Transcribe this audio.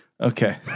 Okay